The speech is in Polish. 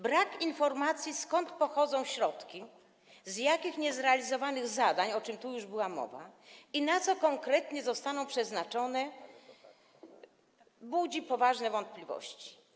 Brak informacji, skąd pochodzą środki, z jakich niezrealizowanych zadań, o czym tu już była mowa, i na co konkretnie zostaną przeznaczone, budzi poważne wątpliwości.